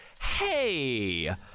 Hey